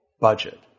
budget